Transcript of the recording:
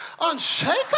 Unshakable